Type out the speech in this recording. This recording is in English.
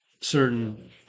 certain